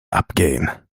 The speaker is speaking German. abgehen